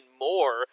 more